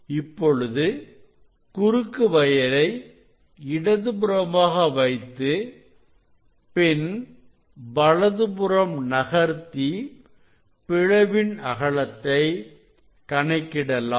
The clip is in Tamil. இப்பொழுது குறுக்கு வயரை இடதுபுறமாக வைத்து பின் வலது புறம் நகர்த்தி பிளவின் அகலத்தை கணக்கிடலாம்